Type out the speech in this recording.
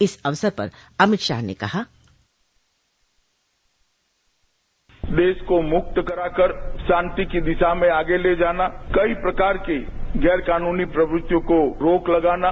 इस अवसर पर अमित शाह ने कहा बाइट देश को मुक्त करा कर शांति की दिशा में आगे ले जाना कई प्रकार की गैर कानूनी प्रवृत्तियों को रोक लगाना